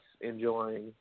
enjoying